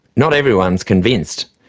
not everyone's convinced.